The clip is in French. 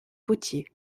potiers